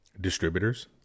distributors